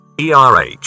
ERH